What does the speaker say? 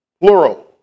plural